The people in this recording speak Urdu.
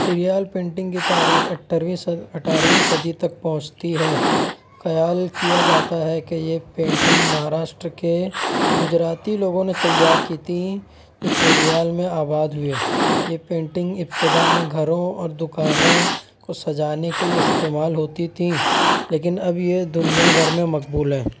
چیریال پینٹنگ کی تاریخ اٹھرویں سہ اٹھارویں صدی تک پہنچتی ہے خیال کیا جاتا ہے کہ یہ پینٹنگ مہاراشٹر کے گجراتی لوگوں نے تیار کی تھیں جو چیریال میں آباد ہوئے یہ پینٹنگ ابتدا میں گھروں اور دکانوں کو سجانے کے لیے استعمال ہوتی تھیں لیکن اب یہ دنیا بھر میں مقبول ہیں